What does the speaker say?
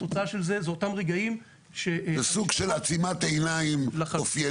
התוצאה של זה זה אותם רגעים- -- זה סוג של עצימת עיניים אופיינית,